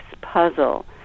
puzzle